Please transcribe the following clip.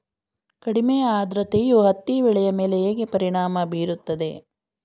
ಕಡಿಮೆ ಆದ್ರತೆಯು ಹತ್ತಿ ಬೆಳೆಯ ಮೇಲೆ ಹೇಗೆ ಪರಿಣಾಮ ಬೀರುತ್ತದೆ?